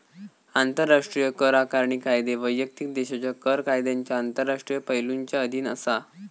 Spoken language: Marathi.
आंतराष्ट्रीय कर आकारणी कायदे वैयक्तिक देशाच्या कर कायद्यांच्या आंतरराष्ट्रीय पैलुंच्या अधीन असा